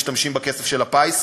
משתמשים בכסף של הפיס,